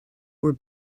were